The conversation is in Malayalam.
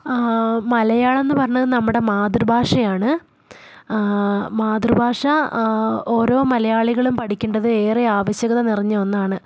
മലയാളം എന്നു പറഞ്ഞത് നമ്മുടെ മാതൃഭാഷയാണ് മാതൃഭാഷ ഓരോ മലയാളികളും പഠിക്കേണ്ടത് ഏറെ ആവശ്യകത നിറഞ്ഞ ഒന്നാണ്